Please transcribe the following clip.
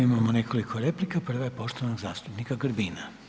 Imamo nekoliko replika, prva je poštovanog zastupnika Grbina.